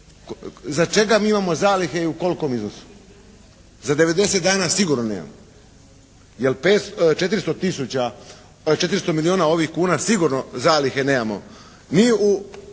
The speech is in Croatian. za čega mi imamo zalihe i u kolikom iznosu? Za 90 dana sigurno nemamo. Jer 5, 400 tisuća, 400 milijuna ovih kuna sigurno zalihe nemamo